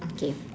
okay